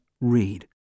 read